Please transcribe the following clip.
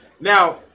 Now